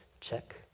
check